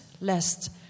lest